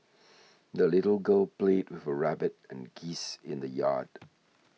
the little girl played with her rabbit and geese in the yard